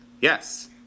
Yes